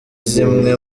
zimwe